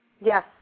yes